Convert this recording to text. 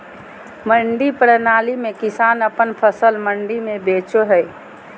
मंडी प्रणाली में किसान अपन फसल मंडी में बेचो हय